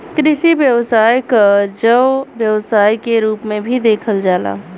कृषि व्यवसाय क जैव व्यवसाय के रूप में भी देखल जाला